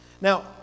Now